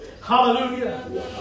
Hallelujah